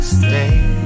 stay